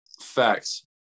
Facts